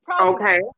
Okay